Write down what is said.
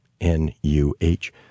N-U-H